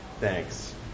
thanks